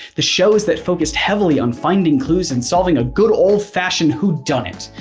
the shows that focused heavily on finding clues and solving a good old-fashioned whodunit,